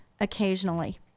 occasionally